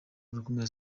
gukumira